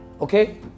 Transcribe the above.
Okay